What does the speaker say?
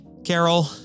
Carol